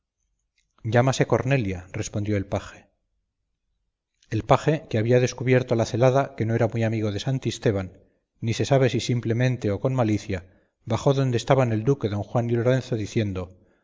llámase cornelia respondió el paje el paje que había descubierto la celada que no era muy amigo de santisteban ni se sabe si simplemente o con malicia bajó donde estaban el duque don juan y lorenzo diciendo